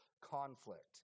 conflict